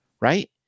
right